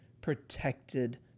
protected